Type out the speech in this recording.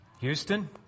Houston